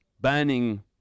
banning